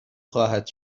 خواهد